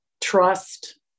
trust